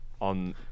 on